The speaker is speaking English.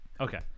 Okay